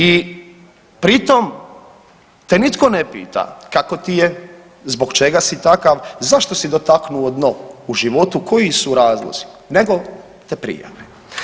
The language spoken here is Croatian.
I pritom te nitko ne pita kako ti je, zbog čega si takav, zašto si dotaknuo dno u životu, koji su razlozi nego te prijave.